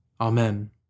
Amen